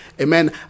amen